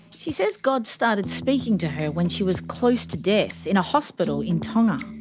she says god started speaking to her when she was close to death in a hospital in tonga.